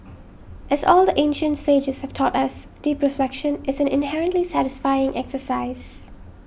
as all the ancient sages have taught us deep reflection is an inherently satisfying exercise